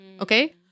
Okay